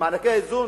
ומענקי האיזון,